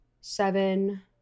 seven